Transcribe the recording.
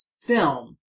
film